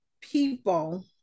people